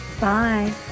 Bye